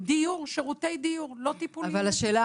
שירותי דיור, לא טיפוליים-שיקומיים.